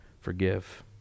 forgive